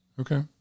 Okay